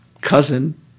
cousin